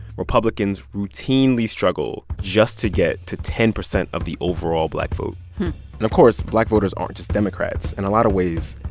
republicans routinely struggle just to get to ten percent of the overall black vote and of course, black voters aren't just democrats. in a lot of ways,